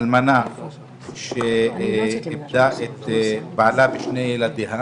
האלמנה שאיבדה אל בעלה ושני ילדיה,